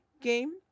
game